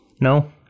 No